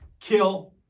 kill